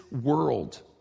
world